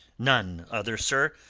none other, sir.